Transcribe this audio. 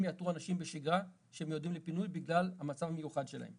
הם יאתרו אנשים בשגרה שהם מיועדים לפינוי בגלל המצב המיוחד שלהם.